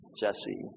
Jesse